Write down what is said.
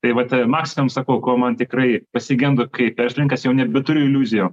tai vat mąstom sakau ko man tikrai pasigendu kaip verslininkas jau nebeturiu iliuzijų